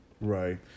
right